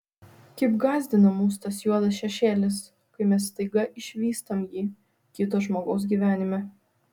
kaip gąsdina mus tas juodas šešėlis kai mes staiga išvystam jį kito žmogaus gyvenime